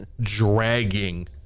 dragging